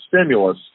stimulus